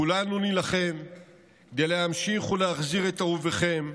כולנו נילחם כדי להמשיך ולהחזיר את אהוביכם,